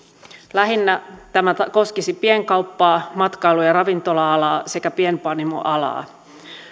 lähinnä tämä koskisi pienkauppaa matkailu ja ja ravintola alaa sekä pienpanimoalaa